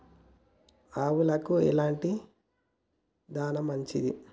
ఆవులకు ఎలాంటి దాణా మంచిది?